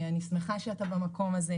אני שמחה שאתה במקום הזה.